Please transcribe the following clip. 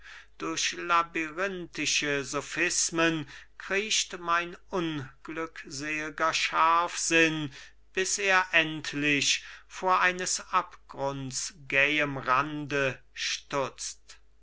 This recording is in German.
durch labyrinthische sophismen kriecht mein unglückselger scharfsinn bis er endlich vor eines abgrunds gähem rande stutzt